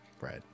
Right